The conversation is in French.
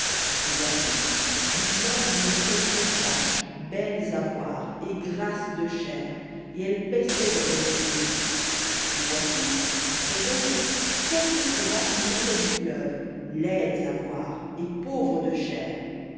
et voici du fleuve montaient sept vaches belles à voir et grasses de chair et elles paissaient dans les roseaux et voici après elles sept autres vaches montaient du fleuve laides à voir et pauvres de chair